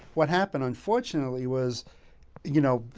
what happened, unfortunately, was you know,